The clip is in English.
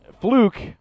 fluke